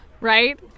Right